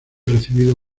recibido